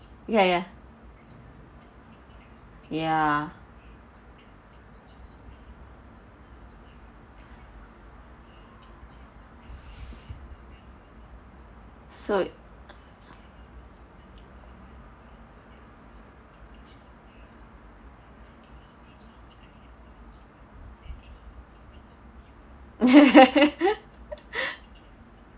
ya ya ya so